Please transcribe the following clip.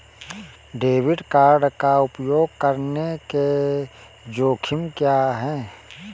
Credit card का उपयोग करने के जोखिम क्या हैं?